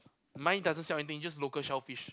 mine doesn't sell anything just local shellfish